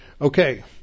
Okay